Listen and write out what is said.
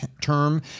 term